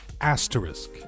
asterisk